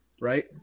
right